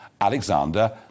Alexander